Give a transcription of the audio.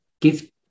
give